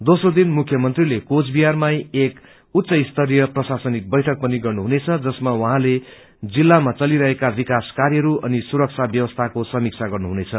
दोम्रो दिन मुख्य मंत्रीले कोचविहारमै एक उच्च स्तरीय प्रशासनिक बैठक पनि गर्नुहुनेछ जसमा उहाँले जिल्लामा चलिरहेका विकास बार्यहरू अनि सुरक्षा व्यवस्थको समीक्षा गर्नुहुनेछ